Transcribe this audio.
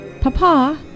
Papa